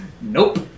Nope